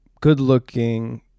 good-looking